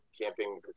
camping